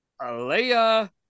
Alea